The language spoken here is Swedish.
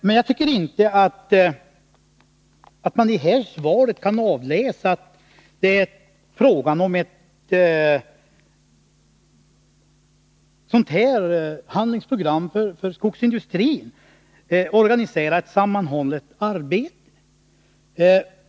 Men jag tycker inte att man av svaret kan läsa ut att det är fråga om ett handlingsprogram för skogsindustrin, ett organiserat och sammanhållet arbete.